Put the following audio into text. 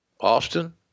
Austin